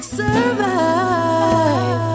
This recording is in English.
survive